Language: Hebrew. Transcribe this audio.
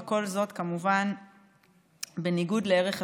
וכל זאת כמובן בניגוד לערך השוויון,